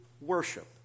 worship